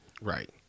right